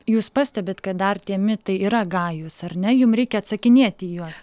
jūs pastebit kad dar tie mitai yra gajūs ar ne jum reikia atsakinėt į juos